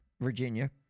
Virginia